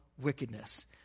wickedness